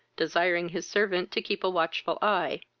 desiring his servant to keep a watchful eye.